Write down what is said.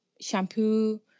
shampoo